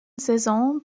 saison